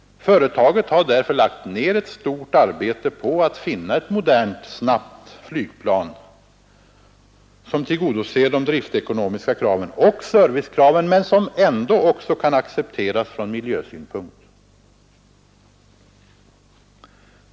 Företaget har därför lagt ned ett stort arbete på att finna ett modernt, snabbt flygplan som tillgodoser de driftekonomiska kraven och servicekraven men som ändå kan accepteras från miljösynpunkt.